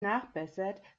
nachbessert